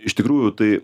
iš tikrųjų tai